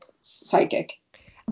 psychic